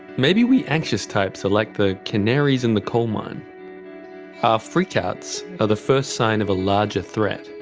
maybe we anxious types are like the canaries in the coalmine our freak-outs are the first sign of a larger threat.